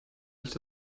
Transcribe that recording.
nicht